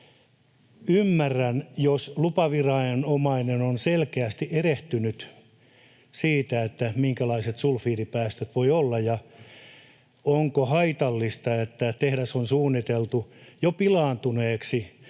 Ymmärrän, jos lupaviranomainen on selkeästi erehtynyt siitä, minkälaisia sulfidipäästöjä voi olla, ja onko haitallista, että tehdas on suunniteltu jo pilaantuneeksi